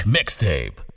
Mixtape